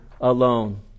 alone